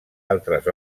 altres